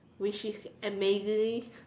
which is amazing